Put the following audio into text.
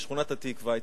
משכונת התקווה.